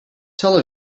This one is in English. tel